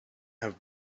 have